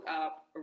up